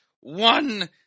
one